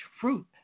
fruit